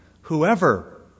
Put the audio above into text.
Whoever